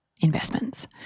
investments